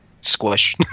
squish